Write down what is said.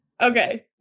Okay